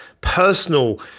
personal